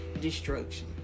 destruction